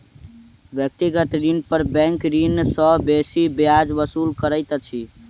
व्यक्तिगत ऋण पर बैंक ऋणी सॅ बेसी ब्याज वसूल करैत अछि